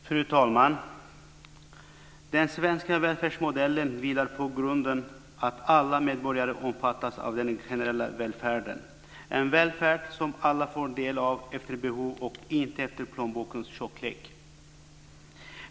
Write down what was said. Fru talman! Den svenska välfärdsmodellen vilar på grunden att alla medborgare omfattas av den generella välfärden, en välfärd som alla får del av efter behov och inte efter plånbokens tjocklek.